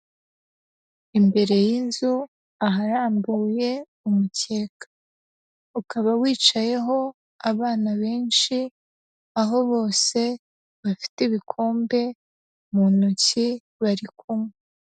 Imbere y'inzu aharambuye umukeka, ukaba wicayeho abana benshi, aho bose bafite ibikombe mu ntoki, bari kunywa.